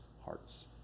hearts